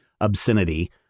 obscenity